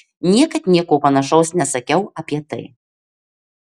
niekad nieko panašaus nesakiau apie tai